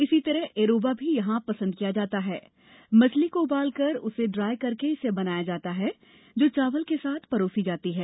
इसी तरह ऐरोबा भी यहां पसंद किया जाता है मछली को उबालकर उसे ड्राई करके इसे बनाया जाता है जो चावल के साथ परोसी जाती है